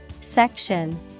Section